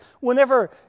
whenever